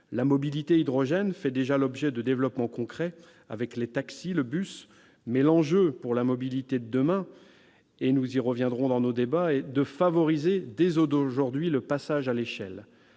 La mobilité hydrogène fait déjà l'objet de développement concret avec les taxis et les bus. L'enjeu pour la mobilité de demain, sur laquelle nous reviendrons dans nos débats, est de favoriser dès aujourd'hui le passage à l'échelle,